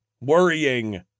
worrying